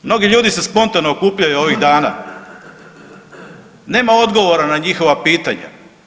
Mnogi ljudi se spontano okupljaju ovih dana, nema odgovora na njihova pitanja.